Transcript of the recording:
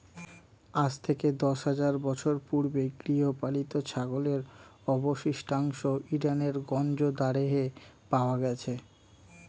আজ থেকে দশ হাজার বছর পূর্বে গৃহপালিত ছাগলের অবশিষ্টাংশ ইরানের গঞ্জ দারেহে পাওয়া গেছে